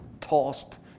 tossed